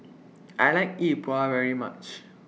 I like Yi Bua very much